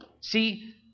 See